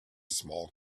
small